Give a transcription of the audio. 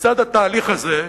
לצד התהליך הזה,